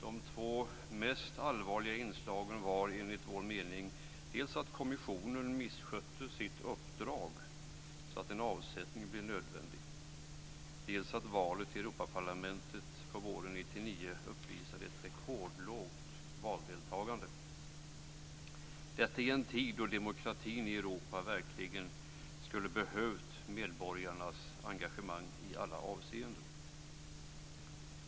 De två mest allvarliga inslagen var enligt vår mening dels att kommissionen misskötte sitt uppdrag så att en avsättning blev nödvändig, dels att valet till Europaparlamentet på våren 1999 uppvisade ett rekordlågt valdeltagande - detta i en tid då demokratin i Europa verkligen skulle ha behövt medborgarnas engagemang i alla avseenden.